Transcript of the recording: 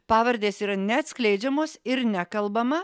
pavardės yra neatskleidžiamos ir nekalbama